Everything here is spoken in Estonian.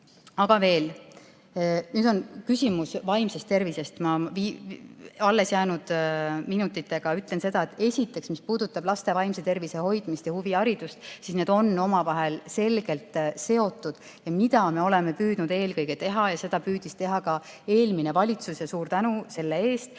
Aga veel on küsimus vaimsest tervisest. Ma allesjäänud minutitega ütlen seda, et esiteks, mis puudutab laste vaimse tervise hoidmist ja huviharidust, siis need on omavahel selgelt seotud. Mida me oleme püüdnud eelkõige teha ja seda püüdis teha ka eelmine valitsus – suur tänu selle eest!